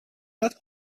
not